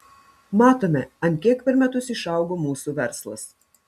matome ant kiek per metus išaugo mūsų verslas